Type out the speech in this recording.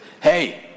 Hey